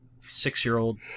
six-year-old